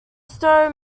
stowe